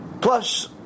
plus